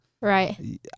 right